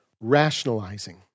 rationalizing